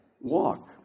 walk